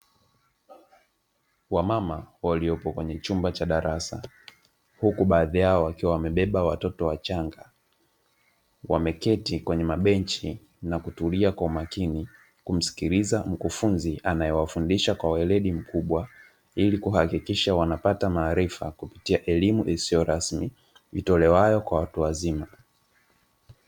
Wamama waliopo kwenye chumba cha darasa, huku baadhi yao wakiwa wamebeba watoto wachanga, wameketi kwenye mabenchi na kutulia kwa umakini, kumsikiliza mkufunzi anayewafundisha kwa weledi mkubwa, ili kuhakikisha wanapata maarifa, kupitia elimu isiyokuwa rasmi itolewayo kwa watu wazima.